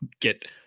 get